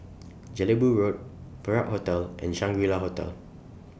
Jelebu Road Perak Hotel and Shangri La Hotel